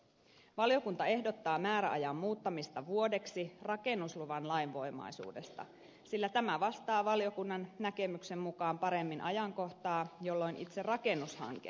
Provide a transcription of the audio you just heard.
valiokunta ehdottaa määräajan muuttamista vuodeksi rakennusluvan lainvoimaisuudesta sillä tämä vastaa valiokunnan näkemyksen mukaan paremmin ajankohtaa jolloin itse rakennushanke on toteutettu